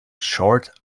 short